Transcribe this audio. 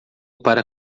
para